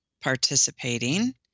participating